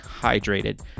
hydrated